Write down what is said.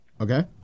okay